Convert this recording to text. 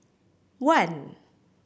one